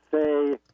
say